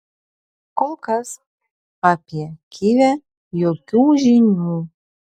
kol kas apie kivę jokių žinių